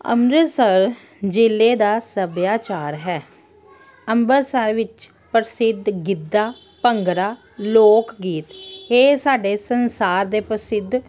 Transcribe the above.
ਅੰਮ੍ਰਿਤਸਰ ਜ਼ਿਲ੍ਹੇ ਦਾ ਸੱਭਿਆਚਾਰ ਹੈ ਅੰਬਰਸਰ ਵਿੱਚ ਪ੍ਰਸਿੱਧ ਗਿੱਧਾ ਭੰਗੜਾ ਲੋਕ ਗੀਤ ਇਹ ਸਾਡੇ ਸੰਸਾਰ ਦੇ ਪ੍ਰਸਿੱਧ